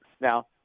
now